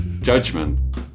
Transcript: judgment